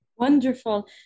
Wonderful